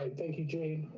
and thank you, jane.